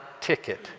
ticket